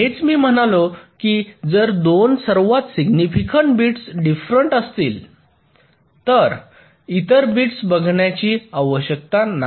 हेच मी म्हणालो की जर 2 सर्वात सिग्निफिकंट बिट्स डीफेरेन्ट असतील तर इतर बिट्स पाहण्याची आवश्यकता नाही